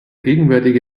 gegenwärtige